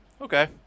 Okay